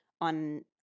on